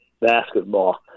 basketball